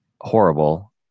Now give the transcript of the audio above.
horrible